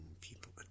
people